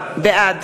בעד